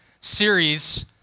series